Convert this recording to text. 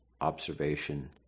observation